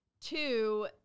Two